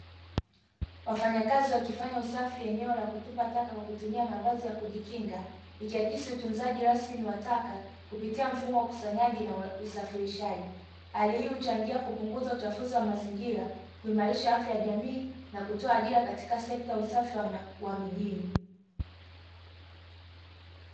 Wafanyakazi wakifanya usafi eneo la kutupa taka kwa kutumia mavazi ya kujikinga, ikiakisi utunzaji rasmi wa taka, kupitia mfumo wa ukusanyaji na usafirishaji. Hali hii huchangia kupunguza uchafuzi wa mazingira, kuimarisha afya ya jamii, na kutoa ajira katika sekta ya usafi wa mjini.